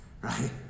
right